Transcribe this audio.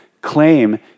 claim